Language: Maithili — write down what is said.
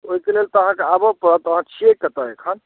ओहिकऽ लेल तऽ अहाँक आबऽ पड़त अहाँ छियै कतऽ एखन